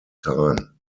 time